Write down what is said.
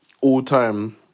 all-time